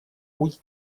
уйти